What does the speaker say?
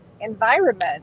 environment